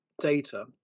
data